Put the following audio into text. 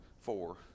four